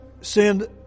send